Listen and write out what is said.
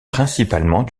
principalement